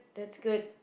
that's good